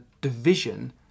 division